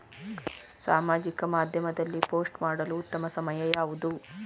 ಸಾಮಾಜಿಕ ಮಾಧ್ಯಮದಲ್ಲಿ ಪೋಸ್ಟ್ ಮಾಡಲು ಉತ್ತಮ ಸಮಯ ಯಾವುದು?